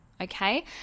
Okay